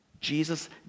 Jesus